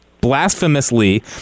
blasphemously